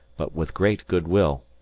but with great good-will.